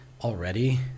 already